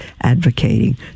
advocating